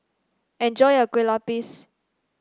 enjoy your Kueh Lapis